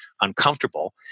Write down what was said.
uncomfortable